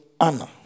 honor